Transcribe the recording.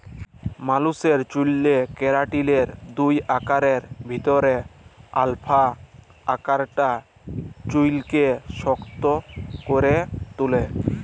মালুসের চ্যুলে কেরাটিলের দুই আকারের ভিতরে আলফা আকারটা চুইলকে শক্ত ক্যরে তুলে